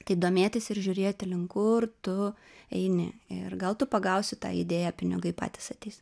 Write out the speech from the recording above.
tai domėtis ir žiūrėti link kur tu eini ir gal tu pagausi tą idėją pinigai patys ateis